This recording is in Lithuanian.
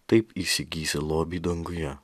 taip įsigysi lobį danguje